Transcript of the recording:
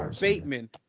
Bateman